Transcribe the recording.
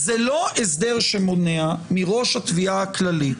זה לא הסדר שמונע מראש התביעה הכללית,